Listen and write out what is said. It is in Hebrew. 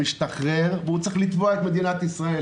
ומשתחרר והוא צריך לתבוע את מדינת ישראל,